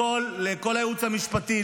לכל הייעוץ המשפטי,